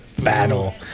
Battle